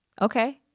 okay